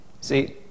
See